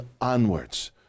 onwards